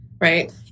right